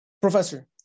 Professor